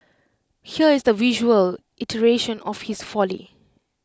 here is the visual iteration of his folly